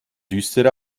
düstere